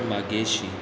Nageshi